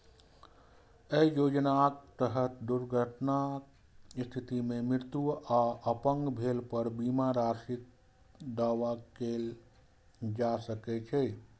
अय योजनाक तहत दुर्घटनाक स्थिति मे मृत्यु आ अपंग भेला पर बीमा राशिक दावा कैल जा सकैए